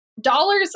Dollars